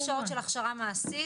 עם 1,000 שעות של הכשרה מעשית,